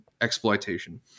exploitation